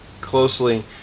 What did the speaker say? closely